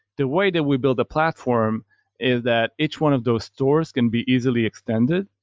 the way that we build a platform is that each one of those stores can be easily extended.